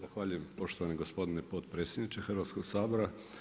Zahvaljujem poštovani gospodine potpredsjedniče Hrvatskoga sabora.